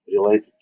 related